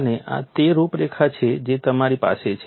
અને આ તે રૂપરેખા છે જે તમારી પાસે છે